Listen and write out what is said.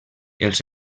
els